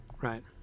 right